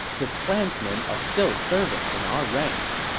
his clansmen are still serving in our ranks,